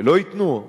שלא ייתנו?